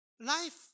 Life